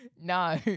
No